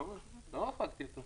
לא החרגתי אותו.